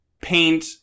paint